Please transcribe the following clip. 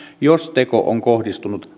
jos teko on kohdistunut